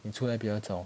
你出来比较早